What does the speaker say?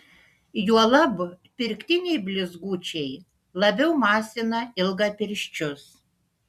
juolab pirktiniai blizgučiai labiau masina ilgapirščius